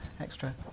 extra